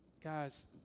Guys